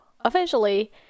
officially